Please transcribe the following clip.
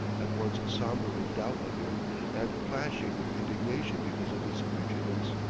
at once somber with doubt of him and flashing with indignation because of his impudence.